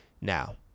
Now